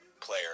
player